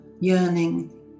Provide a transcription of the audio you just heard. yearning